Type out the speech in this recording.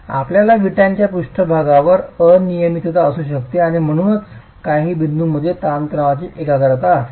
आपल्यास विटांच्या पृष्ठभागावर अनियमितता असू शकते आणि म्हणूनच काही बिंदूंमध्ये तणावाची एकाग्रता असेल